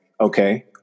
okay